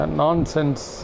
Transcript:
nonsense